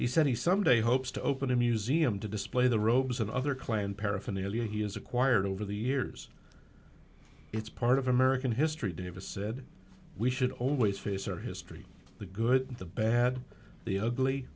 he said he someday hopes to open a museum to display the robes and other klan paraphernalia he has acquired over the years it's part of american history davis said we should always face our history the good the bad the ugly